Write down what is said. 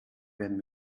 werden